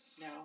No